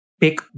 pick